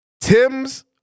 Tim's